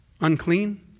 unclean